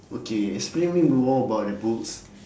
okay explain to me more about the books